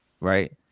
Right